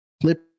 clip